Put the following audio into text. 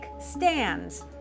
stands